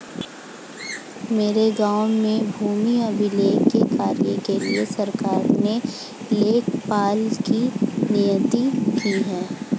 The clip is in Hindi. मेरे गांव में भूमि अभिलेख के कार्य के लिए सरकार ने लेखपाल की नियुक्ति की है